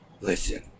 Listen